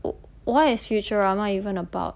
what is futurama even about